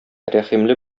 рәхимле